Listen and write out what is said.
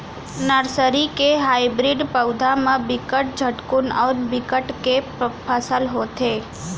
nursery के hybrid पउधा म बिकट झटकुन अउ बिकट के फसल होथे